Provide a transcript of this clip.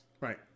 right